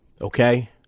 Okay